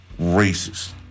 racist